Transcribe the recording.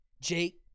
Jake